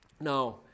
Now